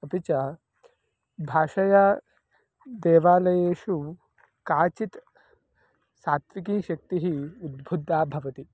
अपि च भाषया देवालयेषु काचित् सात्त्विकीशक्तिः उद्भुद्धा भवति